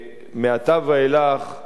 מעתה ואילך אנחנו